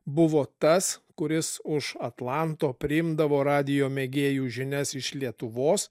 buvo tas kuris už atlanto priimdavo radijo mėgėjų žinias iš lietuvos